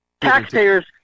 taxpayers